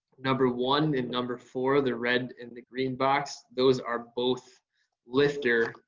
number one and number four, the red and the green box, those are both lifter,